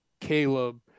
Caleb